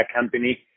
company